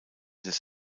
des